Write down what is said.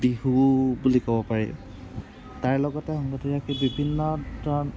বিহু বুলি ক'ব পাৰি তাৰ লগতে বিভিন্ন